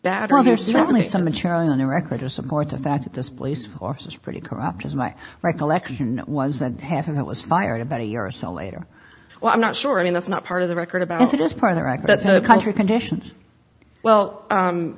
to support the fact that this police force is pretty corrupt as my recollection was that half of that was fired about a year or so later well i'm not sure i mean that's not part of the record about it is part of the fact that the country conditions well